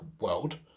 world